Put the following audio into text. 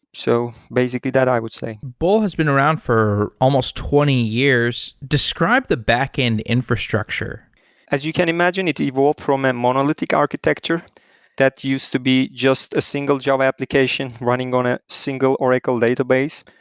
so, basically, that i would say. bol has been around for almost twenty years. describe the backend infrastructure as you can imagine, it involved from a monolithic architecture that used to be just a single java application running on a single oracle database,